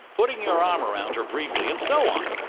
putting your arm around her briefly, and so on.